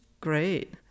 great